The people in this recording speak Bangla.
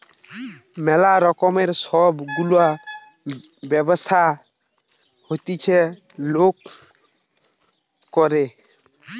ম্যালা রকমের সব গুলা ব্যবসা হতিছে লোক করে